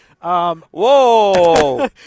Whoa